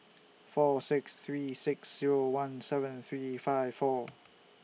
four six three six Zero one seven three five four